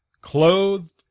clothed